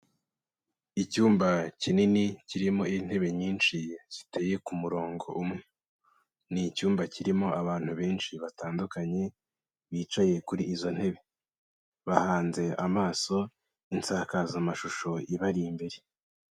Icyumba kinini kirimo intebe nyinshi ziteye ku murongo umwe, ni icyumba kirimo abantu benshi batandukanye bicaye kuri izo ntebe, bahanze amaso insakazamashusho ibari imbere.